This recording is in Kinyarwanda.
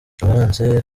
valence